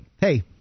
hey